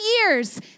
years